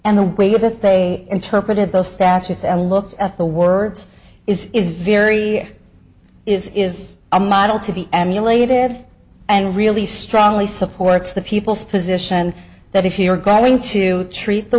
and the way that they interpreted those statutes and looks at the words is is very is is a model to be emulated and i really strongly supports the people's position that if you're going to treat the